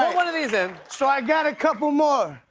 one of these in. so, i got a couple more.